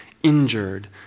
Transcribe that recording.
injured